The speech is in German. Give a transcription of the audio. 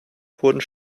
wurden